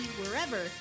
wherever